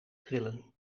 trillen